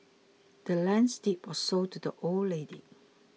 the land's deed was sold to the old lady